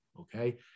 okay